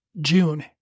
June